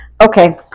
Okay